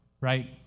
right